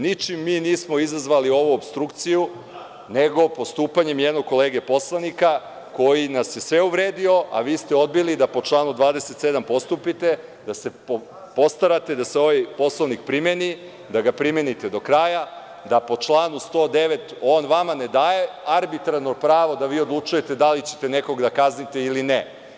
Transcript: Ničim mi nismo izazvali ovu opstrukciju nego postupanje jednog kolege poslanika koji nas je sve uvredio a vi ste odbili da po članu 27. postupite, da se postarate da se ovaj poslovnik primeni, da ga primenite do kraja, da po članu 109. on vama ne daje arbitrarno pravo da vi odlučujete da li ćete nekoga da kaznite ili ne.